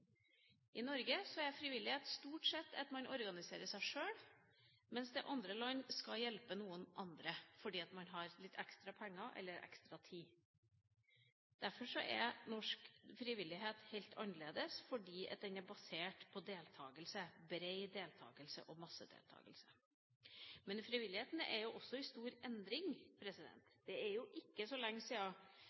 I Norge er frivillighet stort sett at man organiserer seg sjøl, mens man i andre land skal hjelpe noen andre fordi man har litt ekstra penger eller ekstra tid. Derfor er norsk frivillighet helt annerledes. Den er basert på deltakelse – bred deltakelse og massedeltakelse. Men frivilligheten er også i stor endring. Det er ikke så lenge